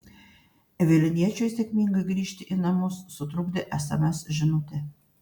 vilniečiui sėkmingai grįžti į namus sutrukdė sms žinutė